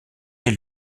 est